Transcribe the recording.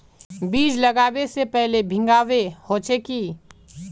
बीज लागबे से पहले भींगावे होचे की?